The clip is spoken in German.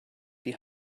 die